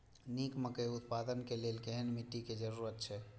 निक मकई उत्पादन के लेल केहेन मिट्टी के जरूरी छे?